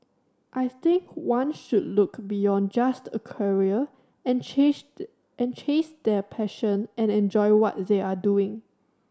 I think one should look beyond just a career and the and chase their passion and enjoy what they are doing